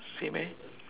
same eh